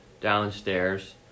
downstairs